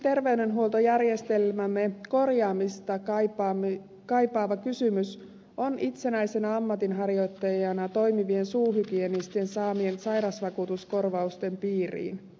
yksi korjaamista kaipaava kysymys terveydenhuoltojärjestelmässämme on itsenäisenä ammatinharjoittajana toimivien suuhygienistien saaminen sairausvakuutuskorvausten piiriin